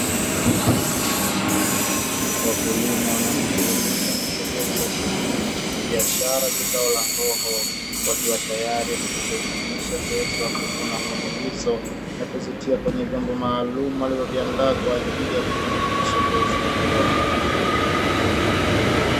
Wakulima wanaojishughulisha na shughuli za kilimo cha kibiashara cha zao la hoho, wakiwa tayari wamekwishahitimisha zoezi la kuvuna hoho hizo na kuzitia kwenye vyombo maalumu, alivyoviandaa kwa ajili ya kufanikisha zoezi hilo.